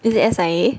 is it S_I_A